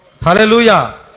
Hallelujah